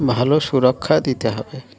ভালো সুরক্ষা দিতে হবে